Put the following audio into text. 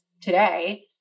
today